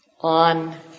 on